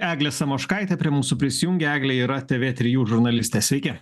eglė samoškaitė prie mūsų prisijungė eglė yra tv trijų žurnalistė sveiki